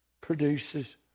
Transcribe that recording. produces